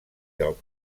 del